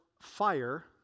FIRE